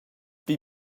pli